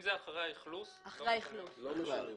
אם זה אחרי האכלוס, לא משלמים.